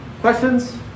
Questions